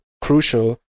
crucial